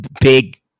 big –